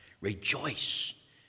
Rejoice